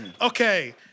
Okay